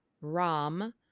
Ram